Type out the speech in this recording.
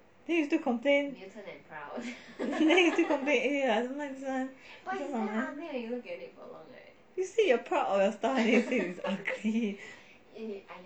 then you still complain eh I don't like this [one] you said you are proud of your stuff then you say it's ugly